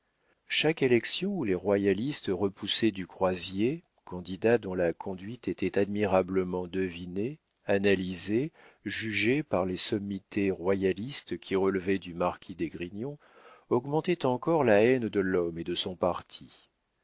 chaque élection où les royalistes repoussaient du croisier candidat dont la conduite était admirablement devinée analysée jugée par les sommités royalistes qui relevaient du marquis d'esgrignon augmentait encore la haine de l'homme et de son parti